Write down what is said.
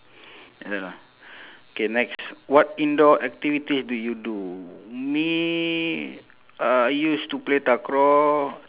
ya lah K next what indoor activities do you do me uh I used to play takraw